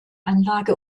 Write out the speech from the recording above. anlage